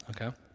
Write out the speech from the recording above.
okay